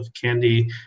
candy